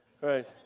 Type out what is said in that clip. right